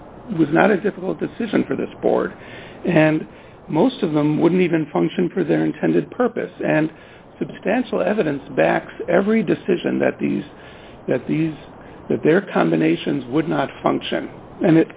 it was not a difficult decision for this board and most of them wouldn't even function for their intended purpose and substantial evidence backs every decision that these that these their combinations would not function and